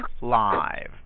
live